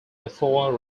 before